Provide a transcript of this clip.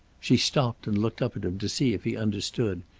she stopped and looked up at him to see if he understood,